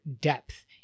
depth